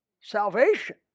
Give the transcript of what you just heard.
salvation